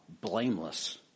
blameless